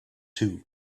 too